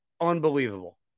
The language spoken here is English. unbelievable